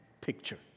picture